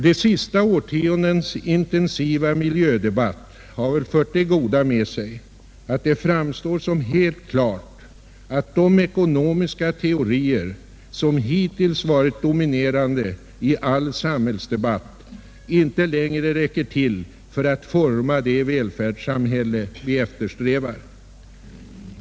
Det sista årtiondets intensiva miljödebatt har väl fört det goda med sig att det framstår som helt klart, att de ekonomiska teorier, som hittills varit dominerande i all samhällsdebatt, inte längre räcker till för att forma det välfärdssamhälle vi eftersträvar.